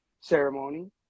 ceremony